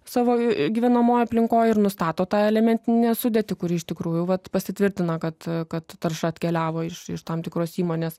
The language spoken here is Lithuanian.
savo gyvenamojoj aplinkoj ir nustato tą elementinę sudėtį kuri iš tikrųjų vat pasitvirtina kad kad tarša atkeliavo iš iš tam tikros įmonės